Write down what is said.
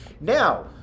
Now